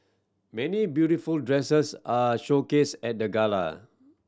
many beautiful dresses are showcased at the gala